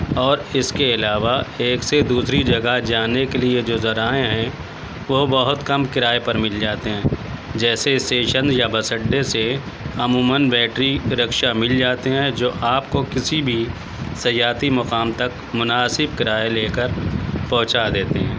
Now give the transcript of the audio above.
اور اس کے علاوہ ایک سے دوسری جگہ جانے کے لیے جو ذرائع ہیں وہ بہت کم کرائے پر مل جاتے ہیں جیسے اسٹیشن یا بس اڈے سے عموماً بیٹری رکشا مل جاتے ہیں جو آپ کو کسی بھی سیاحتی مقام تک مناسب کرایہ لے کر پہنچا دیتے ہیں